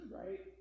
right